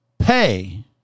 Pay